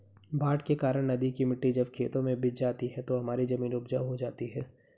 बाढ़ के कारण नदी की मिट्टी जब खेतों में बिछ जाती है तो हमारी जमीन उपजाऊ हो जाती है